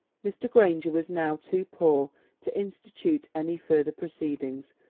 mr. granger was now too poor to institute any further proceedings,